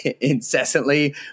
incessantly